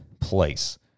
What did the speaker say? place